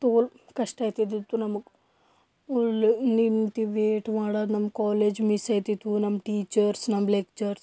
ತೋಲ್ ಕಷ್ಟ ಅಗ್ತಿದ್ದಿತ್ತು ನಮಗೆ ಒಳ್ಳೆ ನಿಂತು ವೇಟ್ ಮಾಡೋದು ನಮ್ಮ ಕಾಲೇಜ್ ಮಿಸ್ ಆಗ್ತಿತ್ತು ನಮ್ಮ ಟೀಚರ್ಸ್ ನಮ್ಮ ಲೆಕ್ಚರ್ಸ್